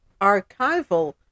archival